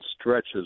stretches